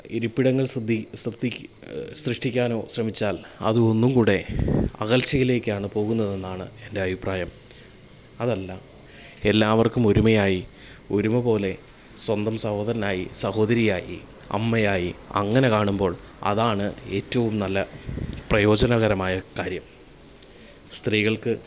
ഇരിപ്പിടങ്ങൾ സൃഷ്ടിക്കാനോ ശ്രമിച്ചാൽ അത് ഒന്നും കൂടെ അകൽച്ചയിലേക്കാണ് പോകുന്നതെന്നാണ് എൻ്റെ അഭിപ്രായം അതല്ല എല്ലാവർക്കും ഒരുമയായി ഒരുമപോലെ സ്വന്തം സഹോദരനായി സഹോദരിയായി അമ്മയായി അങ്ങനെ കാണുമ്പോൾ അതാണ് ഏറ്റവും നല്ല പ്രയോജനകമായ കാര്യം സ്ത്രീകൾക്ക്